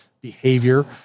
behavior